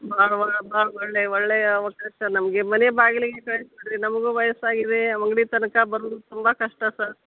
ಭಾಳ ಒಳ್ಳೆ ಭಾಳ ಒಳ್ಳೆಯ ಒಳ್ಳೆಯ ಅವಕಾಶ ನಮಗೆ ಮನೆ ಬಾಗಿಲಿಗೆ ಕಳಿಸ್ಕೊಡ್ರಿ ನಮಗೂ ವಯಸ್ಸಾಗಿದೆ ಅಂಗಡಿ ತನಕ ಬರುದು ತುಂಬ ಕಷ್ಟ ಸರ್